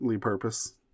purpose